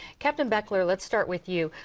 captain bechler let's start with you,